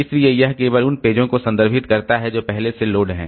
इसलिए यह केवल उन पेजों को संदर्भित करता है जो पहले से लोड हैं